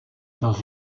dans